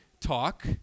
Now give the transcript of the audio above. talk